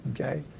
Okay